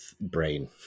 brain